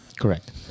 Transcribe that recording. Correct